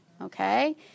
okay